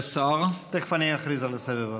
תכף אני אכריז על הסבב הבא.